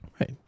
Right